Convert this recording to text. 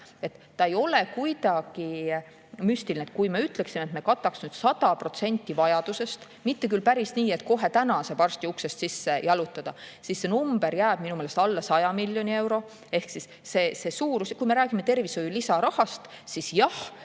ei ole kuidagi müstiline. Kui me ütleksime, et me katame nüüd 100% vajadusest – mitte küll päris nii, et kohe täna saab arsti uksest sisse jalutada –, siis selle [maksumus] jääb minu meelest alla 100 miljoni euro. Kui me räägime tervishoiu lisarahast, siis jah,